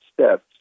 steps